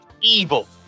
Evil